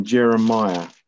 Jeremiah